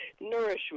nourishment